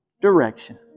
direction